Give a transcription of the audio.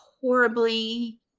horribly